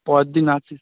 পরদিন আসিস